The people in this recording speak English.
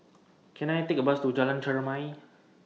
Can I Take A Bus to Jalan Chermai